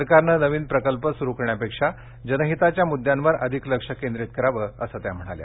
सरकारनं नवीन प्रकल्प सुरू करण्यापेक्षा जनहिताच्या मुद्द्यांवर अधिक लक्ष केंद्रित करावं असं त्या म्हणाल्या